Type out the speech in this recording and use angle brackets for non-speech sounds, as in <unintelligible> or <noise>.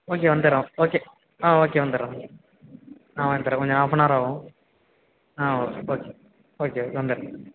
okay வந்து விட்றேன் okay ஆ ஓகே வந்து விட்றேன் ஆ வந்து விட்றேன் கொஞ்சம் ஹாஃப்பனவர் ஆவும் ஆ ஓகே <unintelligible> ஓகே வந்து விட்றேன்